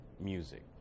music